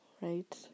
Right